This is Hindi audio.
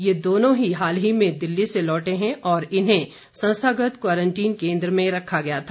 ये दोनों ही हाल ही में दिल्ली से लौटे हैं और इन्हें संस्थागत क्वारंटीन केंद्र में रखा गया था